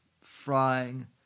frying